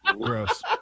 Gross